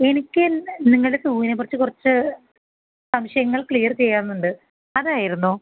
എനിക്ക് നിങ്ങളുടെ സൂവിനേക്കുറിച്ച് കുറച്ച് സംശയങ്ങൾ ക്ലിയർ ചെയ്യാനുണ്ട് അതായിരുന്നു